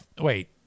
wait